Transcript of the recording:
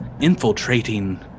infiltrating